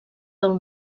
del